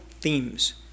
themes